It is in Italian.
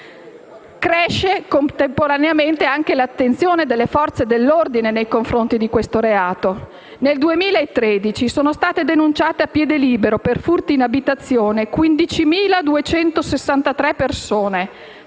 Cresce, contemporaneamente, anche l'attenzione delle Forze dell'ordine nei confronti di questo reato. Nel 2013 sono state denunciate a piede libero per furti in abitazione 15.263 persone